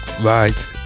Right